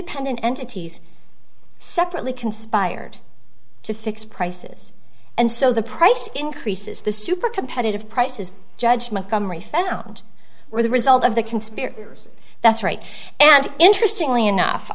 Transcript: independent entities separately conspired to fix prices and so the price increases the super competitive prices judgment comrie found were the result of the conspirator that's right and interestingly enough